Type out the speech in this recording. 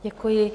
Děkuji.